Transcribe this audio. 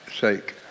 sake